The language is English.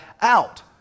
out